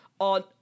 on